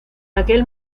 aquel